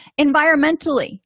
Environmentally